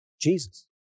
Jesus